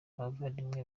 abavandimwe